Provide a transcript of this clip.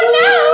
no